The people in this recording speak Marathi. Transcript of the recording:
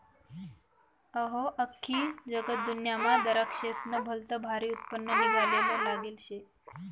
अहो, आख्खी जगदुन्यामा दराक्शेस्नं भलतं भारी उत्पन्न निंघाले लागेल शे